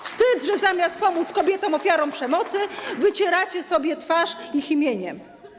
Wstyd, że zamiast pomóc kobietom - ofiarom przemocy, wycieracie sobie twarz ich imieniem.